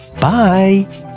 bye